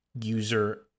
user